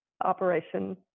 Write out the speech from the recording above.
operation